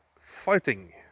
fighting